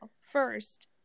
First